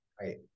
Right